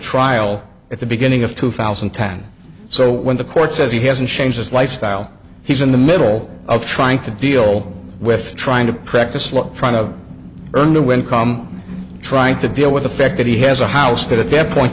trial at the beginning of two thousand and ten so when the court says he hasn't changed his lifestyle he's in the middle of trying to deal with trying to practice law front of earlier when come trying to deal with the fact that he has a house that at that point